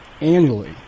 annually